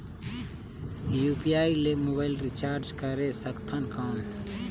UPI ले mobile recharge करे सकथन कौन?